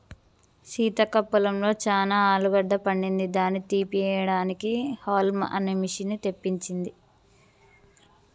సీతక్క పొలంలో చానా ఆలుగడ్డ పండింది దాని తీపియడానికి హౌల్మ్ అనే మిషిన్ని తెప్పించింది